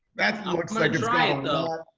that's fine though.